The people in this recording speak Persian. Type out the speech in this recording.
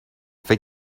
فکر